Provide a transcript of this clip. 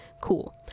cool